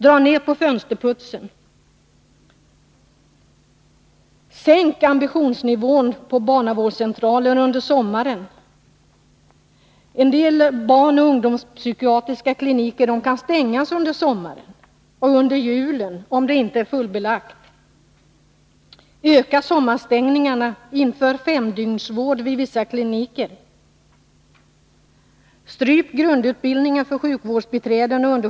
Dra ner på fönsterputsning, tycker några landsting. Sänk ambitionsnivån på barnavårdscentraler under sommaren. En del barnoch ungdomspsykiatriska kliniker kan stängas under sommaren och under julen om det inte är fullbelagt. Öka sommarstängningarna och inför femdygnsvård vid vissa kliniker.